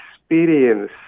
experience